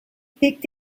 picked